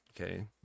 Okay